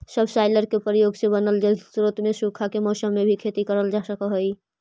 subsoiler के प्रयोग से बनल जलस्रोत से सूखा के मौसम में भी खेती करल जा सकऽ हई